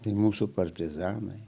tai mūsų partizanai